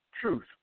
truth